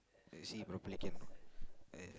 you see properly can